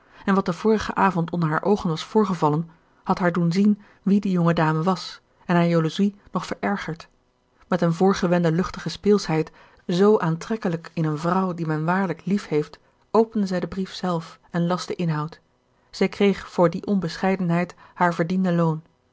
en wat den vorigen avond onder haar oogen was voorgevallen had haar doen zien wie die jonge dame was en haar jaloezie nog verergerd met een voorgewende luchtige speelschheid zoo aantrekkelijk in eene vrouw die men waarlijk liefheeft opende zij den brief zelf en las den inhoud zij kreeg voor die onbescheidenheid haar verdiende loon